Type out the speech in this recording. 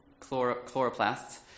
chloroplasts